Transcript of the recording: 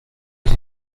iki